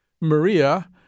Maria